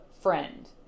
friend